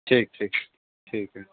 ठीक ठीक ठीक है